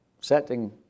setting